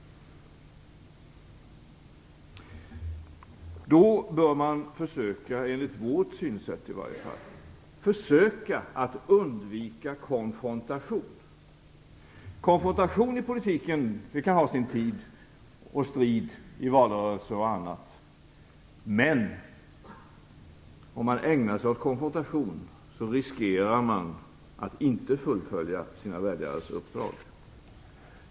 Då bör man i varje fall enligt vårt synsätt försöka att undvika konfrontation. Konfrontation och strid i politiken kan ha sin tid i valrörelse och i andra sammanhang, men om man ägnar sig åt konfrontation riskerar man att inte fullfölja sina väljares uppdrag.